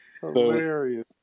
Hilarious